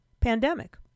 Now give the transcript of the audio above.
pandemic